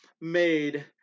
made